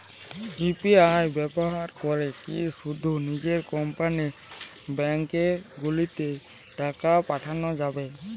UPI ব্যবহার করে কি শুধু নিজের কোম্পানীর ব্যাংকগুলিতেই টাকা পাঠানো যাবে?